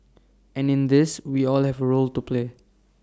and in this we all have A role to play